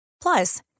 Plus